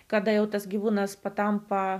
kada jau tas gyvūnas patampa